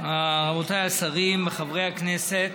רבותיי השרים, חברי הכנסת,